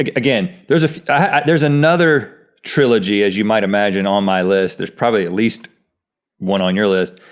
like again, there's there's another trilogy, as you might imagine, on my list, there's probably at least one on your list.